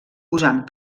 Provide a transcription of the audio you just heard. usant